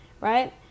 right